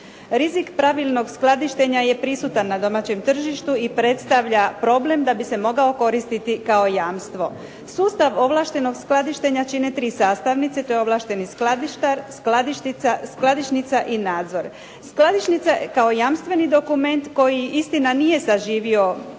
Rizik pravilnog skladištenja je prisutan na domaćem tržištu i predstavlja problem da bi se mogao koristiti kao jamstvo. Sustav ovlaštenog skladištenja čine tri sastavnice. To je ovlašteni skladištar, skladišnica i nadzor. Skladišnica je kao jamstveni dokument koji istina nije zaživio